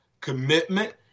commitment